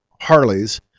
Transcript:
Harleys